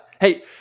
Hey